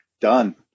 done